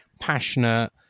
passionate